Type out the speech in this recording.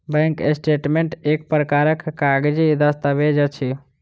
bank statement एक प्रकारक कागजी दस्तावेज अछि